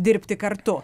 dirbti kartu